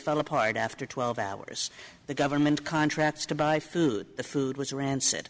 fell apart after twelve hours the government contracts to buy food the food was rancid